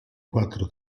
quattro